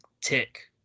tick